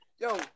Yo